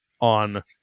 on